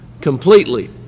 completely